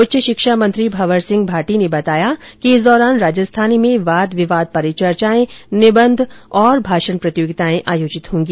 उच्च शिक्षा मंत्री भंवर सिंह भाटी ने बताया कि इस दौरान राजस्थानी में वाद विवाद परिचर्चायें निबन्ध और भाषण प्रतियोगिताएं आयोजित होंगी